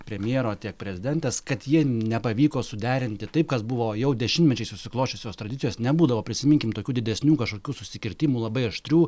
premjero tiek prezidentės kad jie nepavyko suderinti taip kas buvo jau dešimtmečiais susiklosčiusios tradicijos nebūdavo prisiminkim tokių didesnių kažkokių susikirtimų labai aštrių